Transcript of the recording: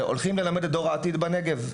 שהולכים ללמד את דור העתיד בנגב,